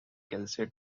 kelsey